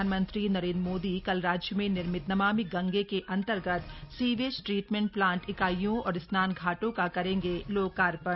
प्रधानमंत्री नरेंद्र मोदी कल राज्य में निर्मित नमामि गंगे के अंतर्गत सीवेज ट्रीटमेंट प्लांट इकाइयों और स्नान घाटों का करेंगे लोकार्पण